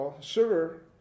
sugar